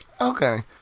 Okay